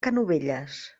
canovelles